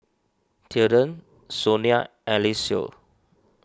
Tilden Sonia and Eliseo